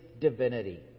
divinity